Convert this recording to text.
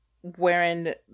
wherein